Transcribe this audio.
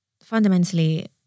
fundamentally